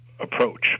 Approach